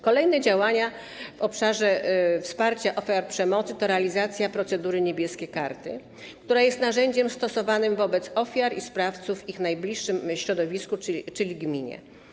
Kolejne działania w obszarze wsparcia ofiar przemocy to realizacja procedury „Niebieskie karty”, która jest narzędziem stosowanym wobec ofiar i sprawców w ich najbliższym środowisku, czyli w gminie.